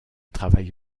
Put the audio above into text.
travaille